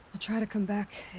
i'll try to come back.